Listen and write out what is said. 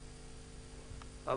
לסיכום.